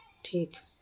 ٹھیک ہے